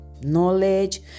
knowledge